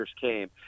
came